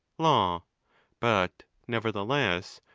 law but, nevertheless,